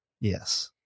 Yes